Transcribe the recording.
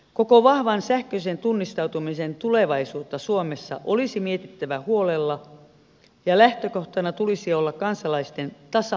koko vahvan sähköisen tunnistautumisen tulevaisuutta suomessa olisi mietittävä huolella ja lähtökohtana tulisi olla kansalaisten tasa arvoisuus